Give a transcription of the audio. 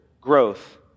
growth